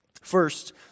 First